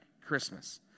Christmas